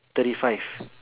thirty five